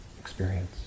experience